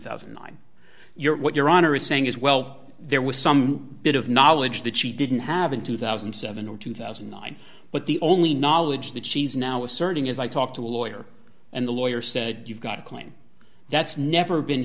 thousand and nine your what your honor is saying is well there was some bit of knowledge that she didn't have in two thousand and seven or two thousand and nine but the only knowledge that she's now asserting is i talked to the lawyer and the lawyer said you've got a claim that's never been